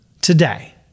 today